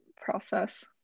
process